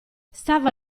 stava